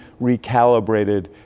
recalibrated